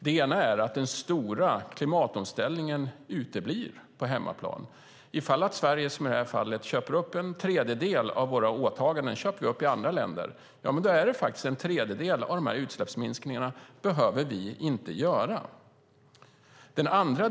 Det ena är att den stora klimatomställningen på hemmaplan uteblir. Om Sverige köper upp en tredjedel av sina åtaganden i andra länder är det en tredjedel av utsläppsminskningarna som vi inte behöver göra.